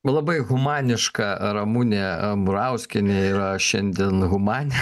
labai humaniška ramunė murauskienė yra šiandien humanė